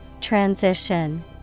Transition